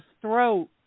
throat